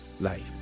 life